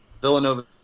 Villanova